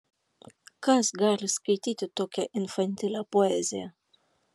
kas gali skaityti tokią infantilią poeziją